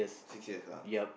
six year lah